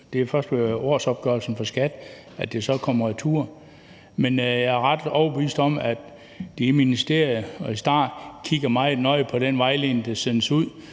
det er først med årsopgørelsen fra Skattestyrelsen, at det så kommer retur. Men jeg er ret overbevist om, at de i ministeriet og i STAR kigger meget nøje på den vejledning, der sendes ud